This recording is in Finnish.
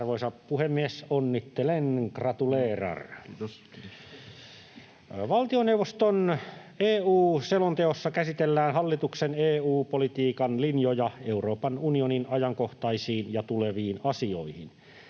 Arvoisa puhemies! Onnittelen, gratulerar. Valtioneuvoston EU-selonteossa käsitellään hallituksen EU-politiikan linjoja Euroopan unionin ajankohtaisiin ja tuleviin asioihin.